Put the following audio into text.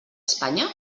espanya